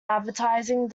advertising